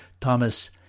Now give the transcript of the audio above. Thomas